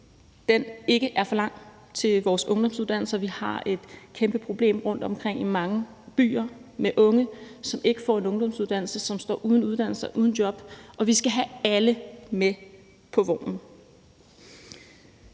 ikke er for lang til vores ungdomsuddannelser. Vi har et kæmpe problem rundtomkring i mange byer med unge, som ikke får en ungdomsuddannelse, og som står uden uddannelse og uden job, og vi skal have alle med på vognen.